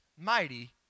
mighty